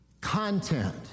Content